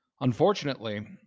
Unfortunately